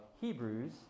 Hebrews